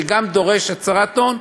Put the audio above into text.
שגם דורש הצהרת הון,